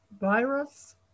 virus